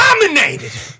dominated